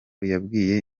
yabwiye